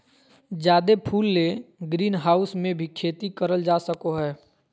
जादे फूल ले ग्रीनहाऊस मे भी खेती करल जा सको हय